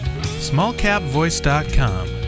Smallcapvoice.com